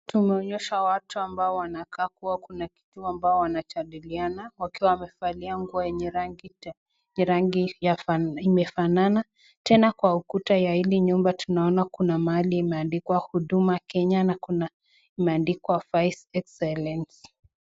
Tunaonyeshwa watu ambao wanakaa kuwa Kuna kitu ambayo wanajadiliana. Wakiwa wamevalia nguo yenye rangi ya yafanana. Tena kwa ukuta ya hili nyumba tunaona kuna pahali imeandikwa Huduma Kenya na imeandikwa (cs) Wide Speak silence (cs)